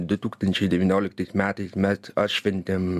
du tūkstančiai devynioliktais metais mes atšventėm